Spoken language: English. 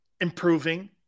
improving